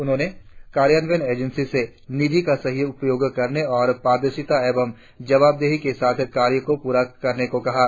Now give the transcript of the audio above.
उन्होंने कार्यान्वयन एजेंसी से नीधि का सही उपयोग करने और पारदर्शीता एवं जबावदेही के साथ कार्य पूरा करने को कहा है